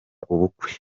ubukwe